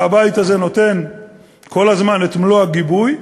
והבית הזה נותן כל הזמן את מלוא הגיבוי,